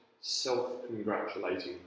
self-congratulating